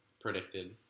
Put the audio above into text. predicted